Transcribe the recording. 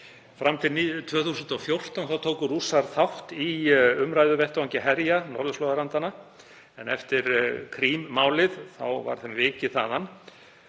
Fram til 2014 tóku Rússar þátt í umræðuvettvangi herja norðurslóðalandanna, en eftir Krím-málið var þeim vikið þaðan.